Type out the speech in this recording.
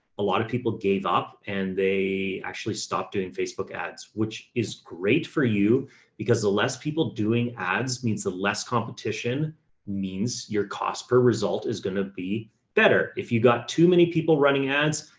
a lot of people gave up and they actually stopped doing facebook ads, which is great for you because the less people doing ads means the less competition means your cost per result is going to be better. if you got too many people running ads,